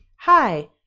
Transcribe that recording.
Hi